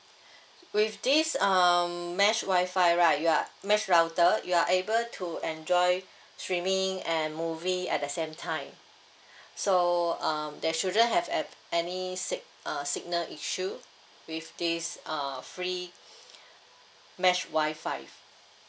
with this um mesh wi-fi right you are mesh router you are able to enjoy streaming and movie at the same time so um there shouldn't have ap~ any sig~ uh signal issue with this err free mesh wi-fi